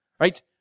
right